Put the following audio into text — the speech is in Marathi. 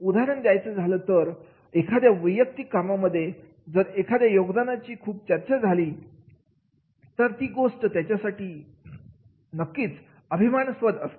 उदाहरण द्यायचं झालं तर एखाद्या वैयक्तिक कामांमध्ये जर एखाद्याच्या योगदानाची खूप चर्चा झाली तर ती गोष्ट त्याच्यासाठी नक्कीच अभिमानास्पद असते